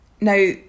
Now